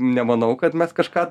nemanau kad mes kažką